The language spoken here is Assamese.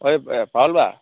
ঐ এই পাৰুল বা